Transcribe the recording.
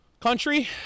country